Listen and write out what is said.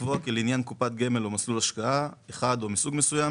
לקבוע כי לעניין קופת גמל או מסלול השקעה אחד או מסוג מסוים,